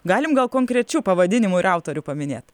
galim gal konkrečių pavadinimų ir autorių paminėt